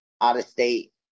out-of-state